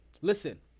Listen